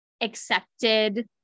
accepted